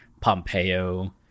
Pompeo